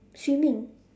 swimming